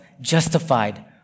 justified